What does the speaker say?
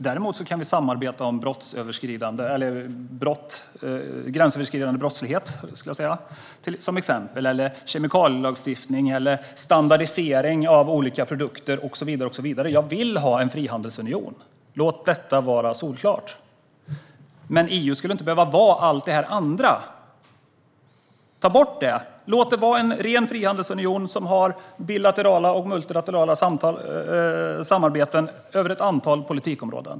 Däremot kan vi samarbeta om till exempel gränsöverskridande brottslighet eller om kemikalielagstiftning, standardisering av olika produkter och så vidare. Jag vill ha en frihandelsunion - låt det vara solklart! Men EU skulle inte behöva vara allt det andra. Ta bort det! Låt det vara en ren frihandelsunion som har bilaterala och multilaterala samarbeten på ett antal politikområden.